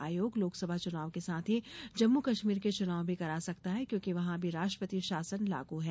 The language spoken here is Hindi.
आयोग लोकसभा चुनाव के साथ ही जम्मू कश्मीर के चुनाव भी करा सकता है क्योंकि वहां अभी राष्ट्रपति शासन लागू है